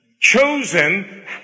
Chosen